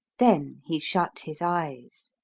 then he shut his eyes,